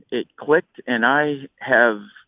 it clicked and i have.